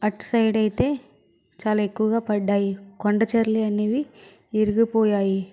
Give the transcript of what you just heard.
అటు సైడ్ అయితే చాలా ఎక్కువగా పడ్డాయి కొండచర్ల అనేవి విరిగిపోయాయి